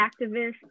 activists